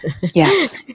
Yes